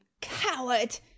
Coward